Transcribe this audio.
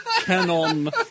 canon